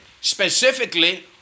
specifically